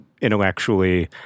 intellectually